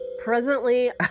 Presently